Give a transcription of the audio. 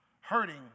hurting